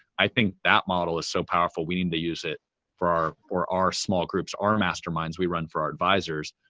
i think that model is so powerful, we need to use it for our for our small groups, our masterminds we run for our advisors.